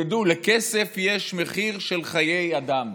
תדעו, לכסף יש מחיר של חיי אדם.